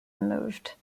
removed